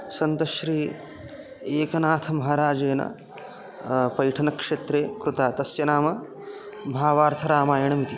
सन्तश्री एकनाथमहाराजेन पैठनक्षेत्रे कृतं तस्य नाम भावार्थरामायणमिति